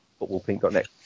Footballpink.net